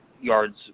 yards